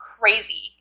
crazy